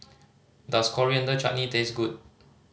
does Coriander Chutney taste good